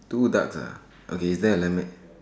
two ducks ah okay is there a lemonade